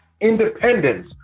independence